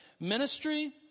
Ministry